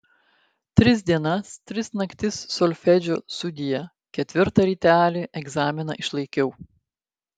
tris dienas tris naktis solfedžio sudie ketvirtą rytelį egzaminą išlaikiau